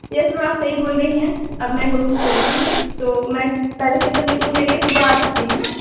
yes ma'am आप सही बोल रहीं है अब मैं कोशिश करुँगी तो मैं कल से जब मीटिंग के लिए सुबह आ सकती हूँ ना